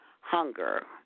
hunger